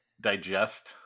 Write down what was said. digest